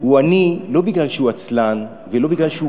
עני לא מפני שהוא עצלן ולא מפני שהוא